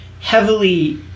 heavily